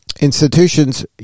institutions